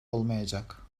olmayacak